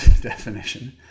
definition